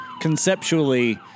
conceptually